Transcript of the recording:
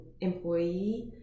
employee